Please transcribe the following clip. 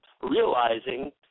realizing